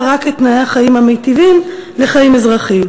רק את תנאי החיים המיטביים לחיים אזרחיים,